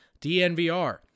DNVR